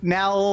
now